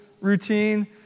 routine